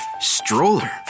Stroller